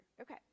Okay